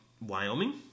Wyoming